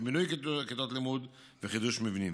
בבינוי כיתות לימוד וחידוש מבנים.